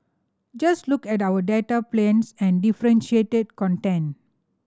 just look at our data plans and differentiated content